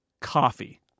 coffee